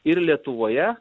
ir lietuvoje